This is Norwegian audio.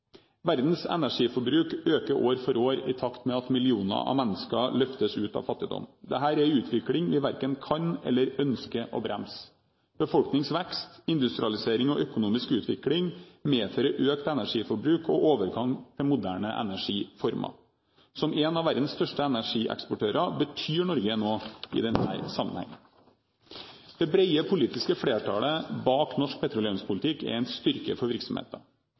Verdens energiforbruk øker år for år, i takt med at millioner av mennesker løftes ut av fattigdom. Dette er en utvikling vi verken kan, eller ønsker, å bremse. Befolkningsvekst, industrialisering og økonomisk utvikling medfører økt energiforbruk og overgang til moderne energiformer. Som en av verdens største energieksportører betyr Norge noe i denne sammenhengen. Det brede politiske flertallet bak norsk petroleumspolitikk er en styrke for virksomheten.